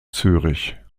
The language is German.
zürich